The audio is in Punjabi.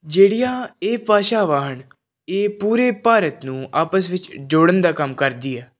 ਜਿਹੜੀਆਂ ਇਹ ਭਾਸ਼ਾਵਾਂ ਹਨ ਇਹ ਪੂਰੇ ਭਾਰਤ ਨੂੰ ਆਪਸ ਵਿੱਚ ਜੋੜਨ ਦਾ ਕੰਮ ਕਰਦੀ ਹੈ